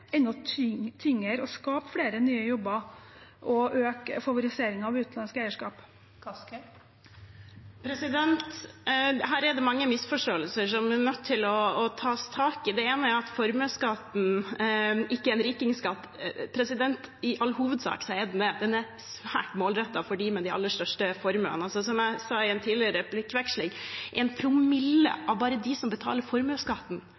å skape flere nye jobber og øke favoriseringen av utenlandsk eierskap? Her er det mange misforståelser som en er nødt til å ta tak i. Det ene er at formuesskatten ikke er en rikingskatt. Den er i all hovedsak det. Den er svært målrettet mot dem med de aller største formuene. Som jeg sa i en tidligere replikkveksling: Bare én promille av dem som betaler formuesskatten